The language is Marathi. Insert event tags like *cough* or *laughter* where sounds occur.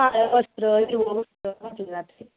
हा वस्त्र *unintelligible*